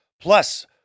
Plus